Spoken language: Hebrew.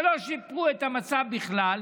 ולא שיפרו את המצב בכלל,